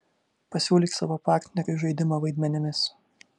pasiūlyk savo partneriui žaidimą vaidmenimis